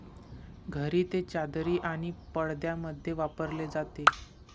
घरी ते चादरी आणि पडद्यांमध्ये वापरले जाते